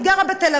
היא גרה בתל-אביב.